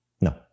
No